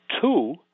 two